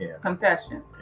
confession